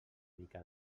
mica